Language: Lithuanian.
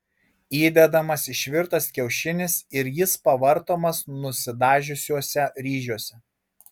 įdedamas išvirtas kiaušinis ir jis pavartomas nusidažiusiuose ryžiuose